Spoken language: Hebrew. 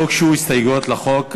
לא הוגשו הסתייגויות לחוק.